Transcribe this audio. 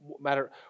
matter